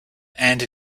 and